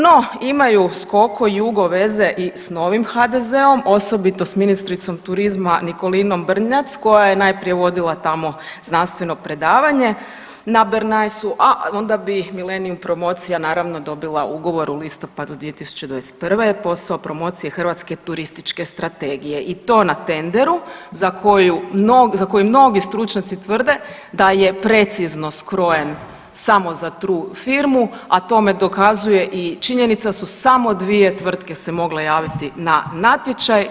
No, imaju Skoko i Jugo veze i s novim HDZ-om, osobito s ministricom turizma Nikolinom Brnjac koja je najprije vodila tamo znanstveno predavanje na Bernaysu, a onda bi Millenium promocija naravno dobila ugovor u listopadu 2021., posao promocije hrvatske turističke strategije i to na tenderu za koji mnogi stručnjaci tvrde da je precizno skrojen samo za tu firmu, a tome dokazuje i činjenica da su samo dvije tvrtke se mogle javiti na natječaj.